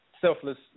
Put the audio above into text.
selfless